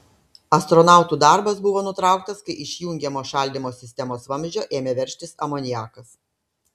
astronautų darbas buvo nutrauktas kai iš jungiamo šaldymo sistemos vamzdžio ėmė veržtis amoniakas